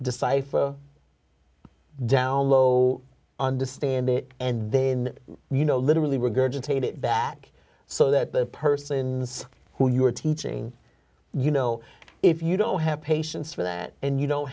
decipher downlow understand it and then you know literally we're going to take it back so that the persons who you are teaching you know if you don't have patience for that and you don't